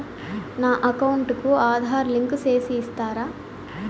నా అకౌంట్ కు ఆధార్ లింకు సేసి ఇస్తారా?